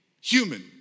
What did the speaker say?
human